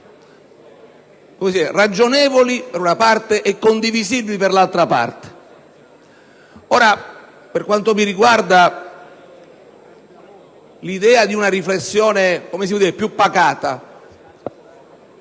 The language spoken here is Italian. ragionevoli per una parte e condivisibili per l'altra. Per quanto mi riguarda, l'idea di una riflessione più pacata